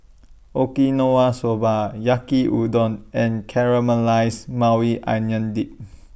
Okinawa Soba Yaki Udon and Caramelized Maui Onion Dip